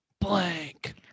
Blank